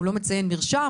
הוא לא מציין מרשם,